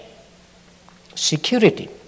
security